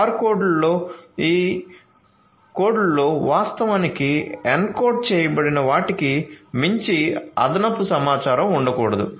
బార్కోడ్లలో ఈ కోడ్లలో వాస్తవానికి ఎన్కోడ్ చేయబడిన వాటికి మించి అదనపు సమాచారం ఉండకూడదు